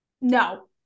No